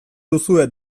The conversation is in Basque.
duzue